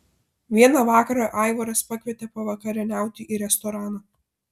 vieną vakarą aivaras pakvietė pavakarieniauti į restoraną